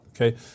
okay